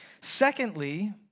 Secondly